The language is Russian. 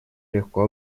легко